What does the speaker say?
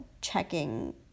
checking